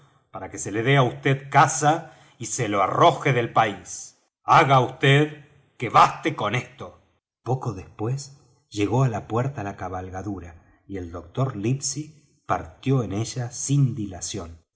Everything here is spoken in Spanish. para que se le dé á vd caza y se le arroje del país haga vd que baste con esto poco después llegó á la puerta la cabalgadura y el doctor livesey partió en ella sin dilación